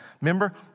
Remember